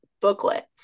booklet